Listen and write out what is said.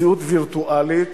מציאות וירטואלית,